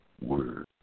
word